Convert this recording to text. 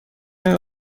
این